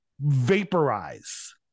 vaporize